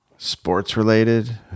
Sports-related